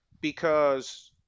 because-